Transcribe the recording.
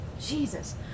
Jesus